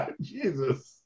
Jesus